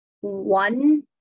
one